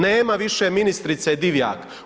Nema više ministrice Divjak.